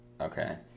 Okay